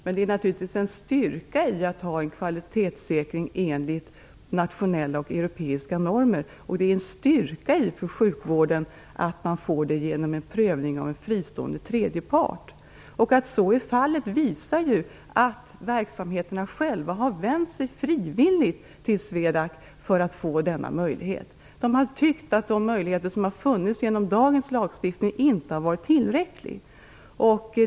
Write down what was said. Men det ligger naturligtvis en styrka i att ha en kvalitetssäkring enligt nationella och europeiska normer, och det är en styrka för sjukvården att man får det genom prövning av en fristående tredje part. Att så är fallet framgår ju av att verksamheterna själva frivilligt har vänt sig till SWEDAC för att få den här möjligheten. De har tyckt att de möjligheter som funnits genom dagens lagstiftning inte har varit tillräckliga.